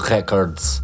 Records